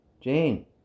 Jane